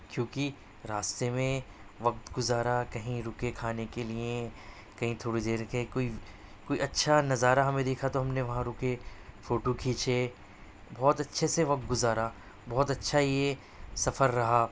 کیونکہ راستے میں وقت گزارا کہیں رکے کھانے کے لیے کہیں تھوڑی دیر کے کوئی کوئی اچھا نظارہ ہمیں دکھا تو ہم نے وہاں رکے فوٹو کھینچے بہت اچھے سے وقت گزارا بہت اچھا یہ سفر رہا